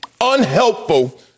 unhelpful